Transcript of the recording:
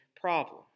problem